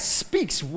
speaks